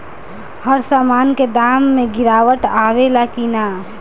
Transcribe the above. हर सामन के दाम मे गीरावट आवेला कि न?